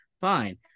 fine